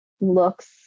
looks